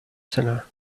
seller